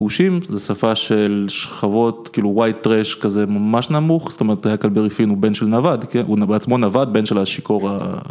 גושים זו שפה של שכבות כאילו white trash כזה ממש נמוך, זאת אומרת הקלברי פין הוא בן של נווד, הוא בעצמו נווד, בן של השיכור ה...